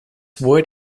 wood